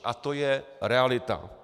A to je realita.